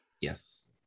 Yes